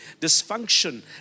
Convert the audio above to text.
dysfunction